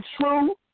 true